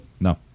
No